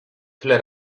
tyle